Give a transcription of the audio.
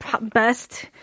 best